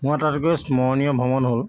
মোৰ আটাইতকৈ স্মৰণীয় ভ্ৰমণ হ'ল